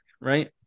right